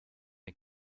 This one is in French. est